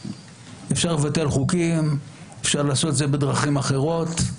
אפשר לבטל חוקים, אפשר לעשות את זה בדרכים אחרות,